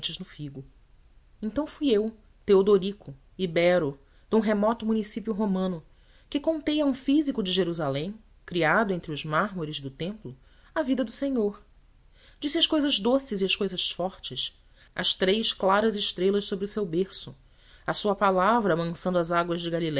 dentes no figo então fui eu teodorico ibero de um remoto município romano que contei a um físico de jerusalém criado entre os mármores do templo a vida do senhor disse as cousas doces e as cousas fortes as três claras estrelas sobre o seu berço a sua palavra amansando as águas de